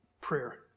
prayer